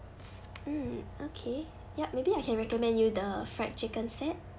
mm okay yup maybe I can recommend you the fried chicken set